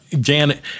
Janet